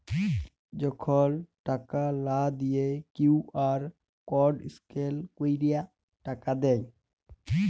যখল টাকা লা দিঁয়ে কিউ.আর কড স্ক্যাল ক্যইরে টাকা দেয়